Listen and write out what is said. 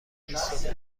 بیست